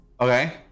Okay